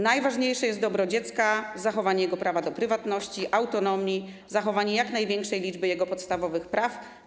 Najważniejsze jest dobro dziecka, zachowanie jego prawa do prywatności, autonomii, zachowanie jak największej liczby jego podstawowych praw.